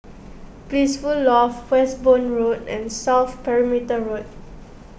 Blissful Loft Westbourne Road and South Perimeter Road